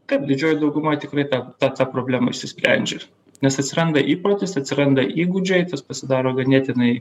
taip didžioji dauguma tikrai tą tą tą problemą išsisprendžia nes atsiranda įprotis atsiranda įgūdžiai pasidaro ganėtinai